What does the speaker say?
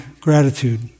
gratitude